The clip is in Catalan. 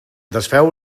desfeu